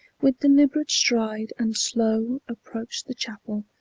with deliberate stride and slow, approach the chapel,